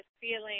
feeling